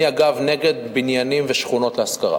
אני, אגב, נגד בניינים ושכונות להשכרה.